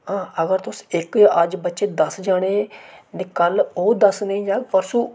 अगर तुस इक अज्ज बच्चे दस जाने हे ते कल ओह् दस नेईं जान परसूं